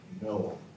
no